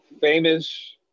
famous